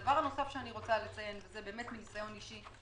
דבר נוסף שאני רוצה לציין הוא מניסיון אישי,